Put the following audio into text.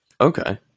Okay